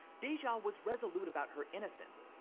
deja was resolute about her innocence,